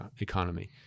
economy